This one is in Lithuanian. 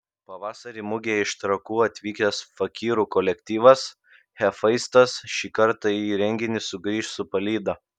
pavasarį mugėje iš trakų atvykęs fakyrų kolektyvas hefaistas šį kartą į renginį sugrįš su palyda